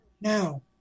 Now